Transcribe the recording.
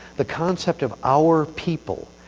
the concept of our people,